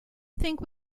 think